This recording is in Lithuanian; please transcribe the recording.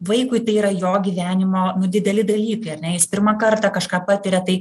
vaikui tai yra jo gyvenimo dideli dalykai ar ne jis pirmą kartą kažką patiria tai